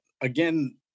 again